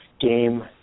game